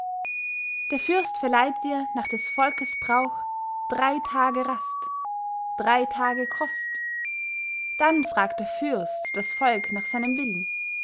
der fürst verleiht dir nach des volkes brauch drei tage rast drei tage kost dann fragt der fürst das volk nach seinem willen